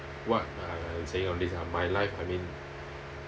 what uh I saying on this ah my life I mean